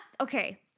okay